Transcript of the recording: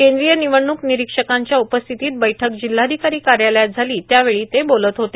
कद्रीय निवडणूक निरोक्षकांच्या उपस्थितीत बैठक जिल्हाधिकारी कायालयात झालां त्यावेळी ते बोलत होते